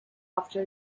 after